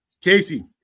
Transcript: Casey